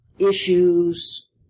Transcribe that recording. issues